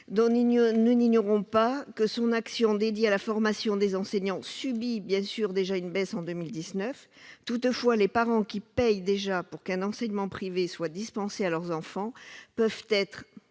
nous n'ignorons pas que son action dédiée à la formation des enseignants subit déjà une baisse pour 2019. Toutefois, les parents qui paient pour qu'un enseignement privé soit dispensé à leurs enfants peuvent être